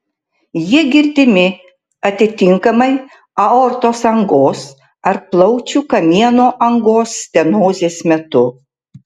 jie girdimi atitinkamai aortos angos ar plaučių kamieno angos stenozės metu